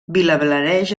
vilablareix